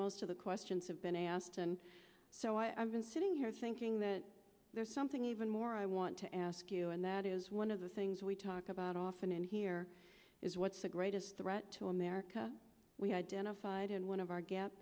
most of the questions have been asked and so i've been sitting here thinking that there's something even more i want to ask you and that is one of the things we talk about often in here is what's the greatest threat to america we identified in one of our gap